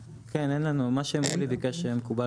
כן, ב-21 ימים אתה רוצה שיעשו את